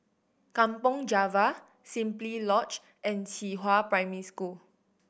Kampong Java Simply Lodge and Qihua Primary School